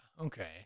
okay